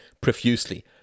profusely